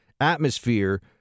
atmosphere